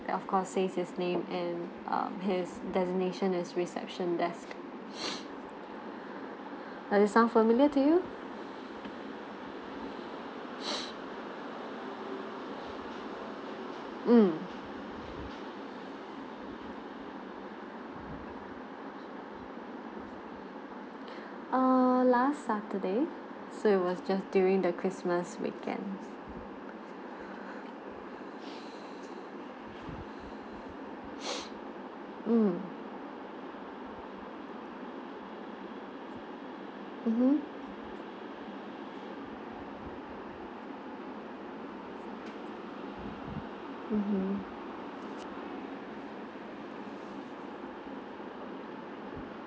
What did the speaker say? of course says his name and err his designation is reception desk does that sounds familiar to you mm err last saturday so it was just during the christmas weekend mm mmhmm mmhmm